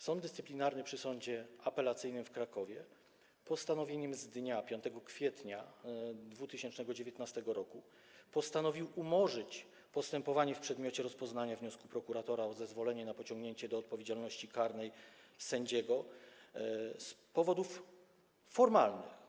Sąd dyscyplinarny przy Sądzie Apelacyjnym w Krakowie postanowieniem z dnia 5 kwietnia 2019 r. postanowił umorzyć postępowanie w przedmiocie rozpoznania wniosku prokuratora o zezwolenie na pociągnięcie do odpowiedzialności karnej sędziego z powodów formalnych.